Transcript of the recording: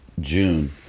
june